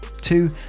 Two